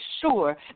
sure